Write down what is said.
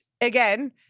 again—